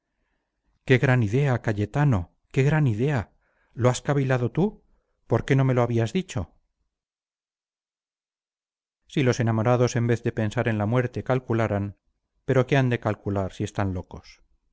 gran idea cayetano qué gran idea lo has cavilado tú por qué no me lo habías dicho si los enamorados en vez de pensar en la muerte calcularan pero qué han de calcular si están locos